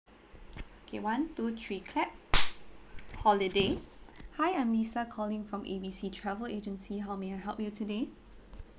okay one two three clap holiday hi I'm lisa calling from A B C travel agency how may I help you today